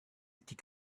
die